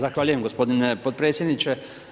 Zahvaljujem gospodine potpredsjedniče.